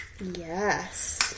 Yes